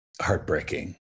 heartbreaking